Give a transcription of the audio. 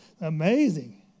Amazing